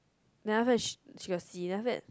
then after she she got see then after that